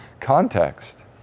context